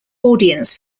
audience